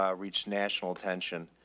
um reached national attention.